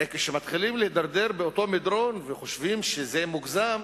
הרי כשמתחילים להידרדר באותו מדרון וחושבים שזה מוגזם,